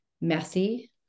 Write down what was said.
messy